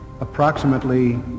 Approximately